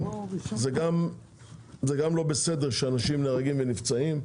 זה גם לא בסדר שאנשים נהרגים ונפצעים,